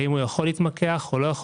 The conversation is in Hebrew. האם הוא יכול להתמקח או לא,